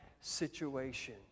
situation